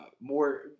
More